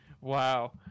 Wow